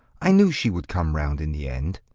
i knew she would come round in the end.